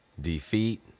Defeat